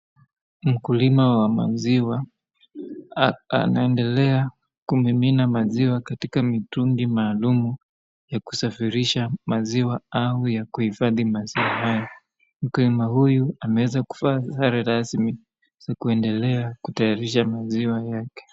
Mkulma wa maziwa, hapa anaendelea kumimina maziwa katika mitungi maalum ya kusafirisha maziwa au ya kuhifadhi maziwa hiyo, mkulima huyu ameweza kuvaa sare rasmi ili kuendelea kutayarisha maziwa yake.